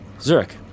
Zurich